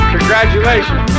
Congratulations